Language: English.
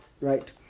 right